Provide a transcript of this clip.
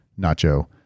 Nacho